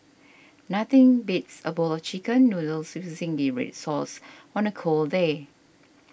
nothing beats a bowl of Chicken Noodles with Zingy Red Sauce on a cold day